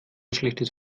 schlechtes